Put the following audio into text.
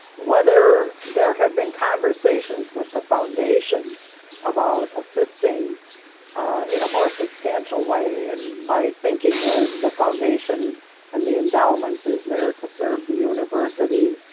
whether there have been conversations with the foundation about assisting in a more substantial way. and my thinking is the foundation and the endowment is there to serve the university.